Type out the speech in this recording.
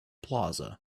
plaza